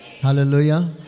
Hallelujah